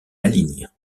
maligne